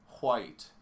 white